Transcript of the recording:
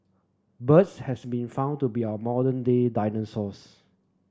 birds has been found to be our modern day dinosaurs